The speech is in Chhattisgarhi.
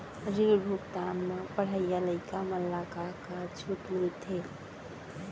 ऋण भुगतान म पढ़इया लइका मन ला का का छूट मिलथे?